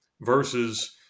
versus